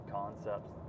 concepts